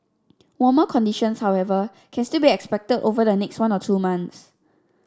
warmer conditions however can still be expected over the next one or two months